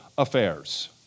affairs